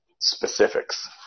specifics